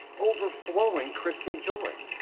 overflowing christian joy.